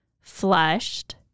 flushed